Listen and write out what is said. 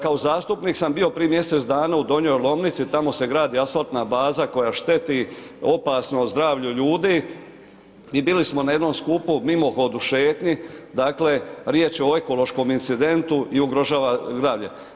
Kao zastupnik sam bio prije mjesec dana u Donjoj Lomnici, tamo se gradi asfaltna baza, koja je šteti opasno zdravlju ljudi i bili smo na jednom skupu, mimohodu, šetnji, dakle, riječ je o ekološkoj incidentu i ugrožava zdravlje.